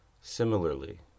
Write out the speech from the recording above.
similarly